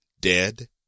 dead